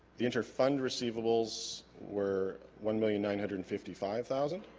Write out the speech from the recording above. the interfund receivables were one million nine hundred and fifty five thousand